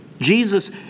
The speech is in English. Jesus